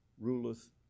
ruleth